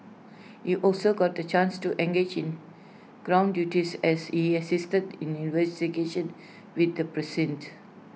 he also got the chance to engage in ground duties as he assisted in investigations within the precinct